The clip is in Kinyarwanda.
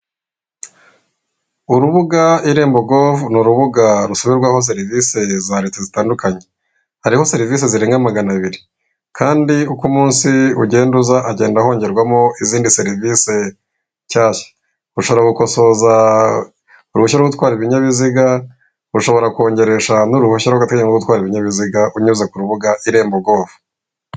Urubuga irembo govu ni urubuga rusabirwaho serivisi za leta zitandukanye, hariho serivisi zirenga magana abiri kandi uko umunsi ugenda uza hagenda hongerwamo izindi serivisi nshyashya ushobora gukosoza uruhushya rwo gutwara ibinyabiziga, ushobora kongeresha n'uruhushya rw'ataganyo rwo gutwara ibinyabiziga unyuze ku rubuga irembo govu.